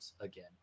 again